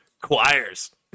choirs